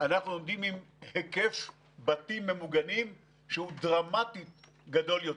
אנחנו עומדים עם היקף בתים ממוגנים שהוא דרמטית גדול יותר.